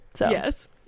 Yes